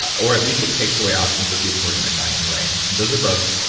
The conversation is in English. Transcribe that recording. or at least it takes away options for people who are going to die anyway. and and those are both